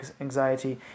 anxiety